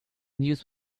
news